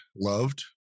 loved